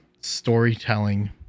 storytelling